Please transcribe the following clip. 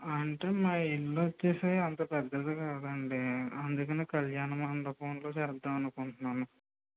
అంటే మా ఇల్లు వచ్చి అంత పెద్దది కాదండి అందుకని కల్యాణ మండపంలో చేద్దాం అనుకుంటున్నాం